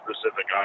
specific